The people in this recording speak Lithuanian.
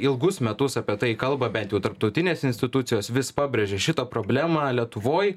ilgus metus apie tai kalba bent jau tarptautinės institucijos vis pabrėžia šitą problemą lietuvoj